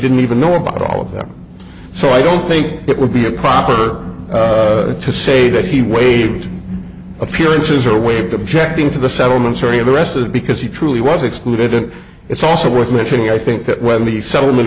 didn't even know about all of them so i don't think it would be a proper to say that he waived appearances or waived objecting to the settlements or any of the rest of that because he truly was excluded and it's also worth mentioning i think that when the settlement